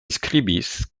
skribis